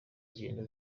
zigenda